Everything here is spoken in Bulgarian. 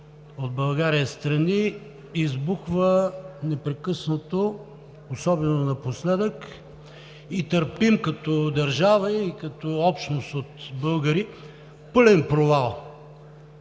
от България страни избухва непрекъснато, особено напоследък, и търпим като държава и като общност от българи пълен провал!